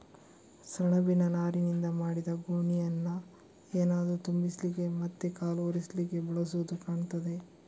ಸೆಣಬಿನ ನಾರಿನಿಂದ ಮಾಡಿದ ಗೋಣಿಯನ್ನ ಏನಾದ್ರೂ ತುಂಬಿಸ್ಲಿಕ್ಕೆ ಮತ್ತೆ ಕಾಲು ಒರೆಸ್ಲಿಕ್ಕೆ ಬಳಸುದು ಕಾಣ್ತದೆ